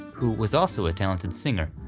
who was also a talented singer,